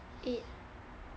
eight